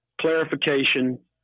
clarification